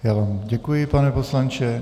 Já vám děkuji, pane poslanče.